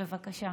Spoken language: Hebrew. בבקשה.